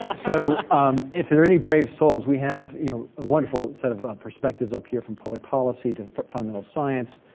ah so um if there are any brave souls, we have a you know wonderful set of perspectives up here from public policy to fundamental science,